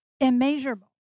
immeasurable